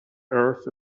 earth